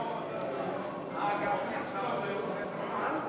עכשיו אתה מושך זמן?